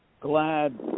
glad